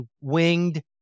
winged